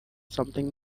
something